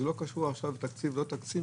זה לא קשור עכשיו לתקציב או לא תקציב,